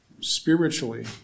spiritually